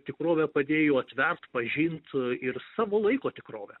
tikrovę padėjo atvert pažint ir savo laiko tikrovę